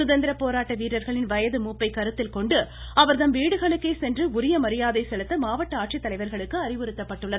சுதந்திரபோராட்ட வீரர்களின் வயது மூப்பை கருத்தில் கொண்டு அவர்தம் வீடுகளுக்கே சென்று உரிய மரியாதை செலுத்த மாவட்ட ஆட்சித்தலைவர்களுக்கு அறிவுறுத்தப்பட்டுள்ளது